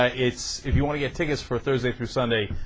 ah it's if you wanna get tickets for thursday through sunday